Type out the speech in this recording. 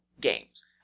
games